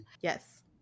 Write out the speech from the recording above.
yes